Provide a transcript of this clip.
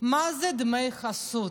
מה זה דמי חסות?